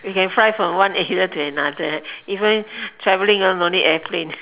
you can fly from one area to another even traveling ah no need airplane